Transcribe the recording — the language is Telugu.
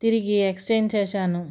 తిరిగి ఎక్స్చేంజ్ చేశాను